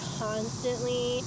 constantly